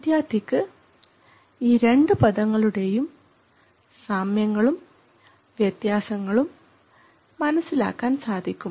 വിദ്യാർത്ഥിക്ക് അ ഈ രണ്ട് പദങ്ങളുടെയും സാമ്യങ്ങളും വ്യത്യാസങ്ങളും മനസ്സിലാക്കാൻ സാധിക്കും